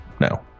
No